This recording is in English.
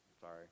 sorry